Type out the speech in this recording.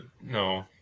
no